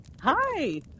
Hi